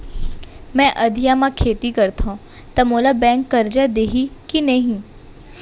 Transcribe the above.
मैं अधिया म खेती करथंव त मोला बैंक करजा दिही के नही?